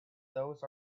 those